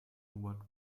what